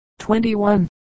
21